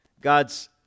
God's